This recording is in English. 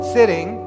sitting